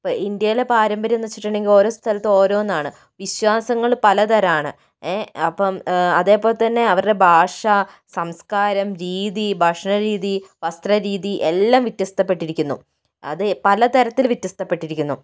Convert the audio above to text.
ഇപ്പോൾ ഇന്ത്യയിലെ പാരമ്പര്യം എന്ന് വച്ചിട്ടുണ്ടെങ്കില് ഓരോ സ്ഥലത്ത് ഓരോന്നാണ് വിശ്വാസങ്ങള് പലതരമാണ് അപ്പം അതേ പോലെ തന്നെ അവരുടെ ഭാഷ സംസ്കാരം രീതി ഭക്ഷണരീതി വസ്ത്രരീതി എല്ലാം വ്യത്യസ്തപ്പെട്ടിരിക്കുന്നു അതേ പലതരത്തില് വ്യത്യസ്തപ്പെട്ടിരിക്കുന്നു